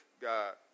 God